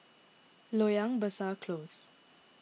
Loyang Besar Close